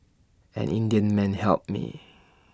an Indian man helped me